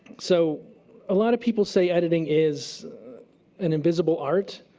so a lot of people say editing is an invisible art.